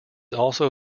also